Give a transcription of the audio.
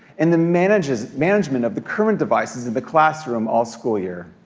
and the management management of the current devices in the classroom all school year.